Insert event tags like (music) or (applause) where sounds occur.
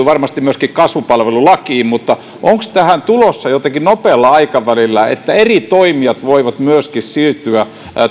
(unintelligible) varmasti myöskin kasvupalvelulakiin onko tähän tulossa jotenkin nopealla aikavälillä se että eri toimijat voivat siirtyä